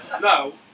No